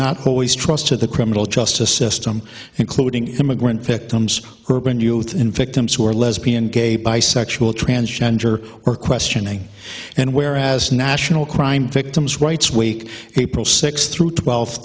not always trust to the criminal justice system including immigrant victims urban youth and victims who are lesbian gay bisexual transgender or questioning and where as national crime victims rights week april sixth through twelfth